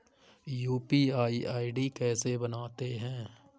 UPI ID कैसे बनाते हैं?